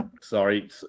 Sorry